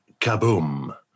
kaboom